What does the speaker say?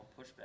pushback